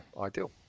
ideal